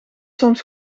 soms